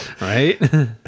Right